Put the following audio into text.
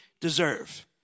deserve